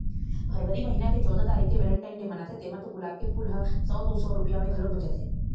फरवरी महिना के चउदा तारीख के वेलेनटाइन डे मनाथे तेमा तो गुलाब के फूल ह सौ दू सौ रूपिया म घलोक बेचाथे